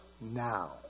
now